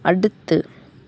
அடுத்து